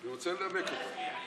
אני רוצה לנמק את זה.